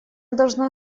должна